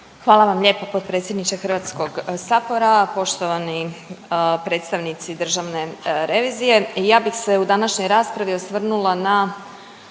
Hvala vam lijepo potpredsjedniče Hrvatskog sabora. Poštovani predstavnici državne revizije. Ja bih se u današnjoj raspravi osvrnula na